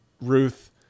Ruth